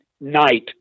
night